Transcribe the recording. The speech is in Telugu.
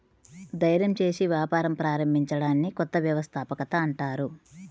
ధైర్యం చేసి వ్యాపారం ప్రారంభించడాన్ని కొత్త వ్యవస్థాపకత అంటారు